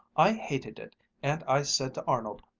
i hated it and i said to arnold,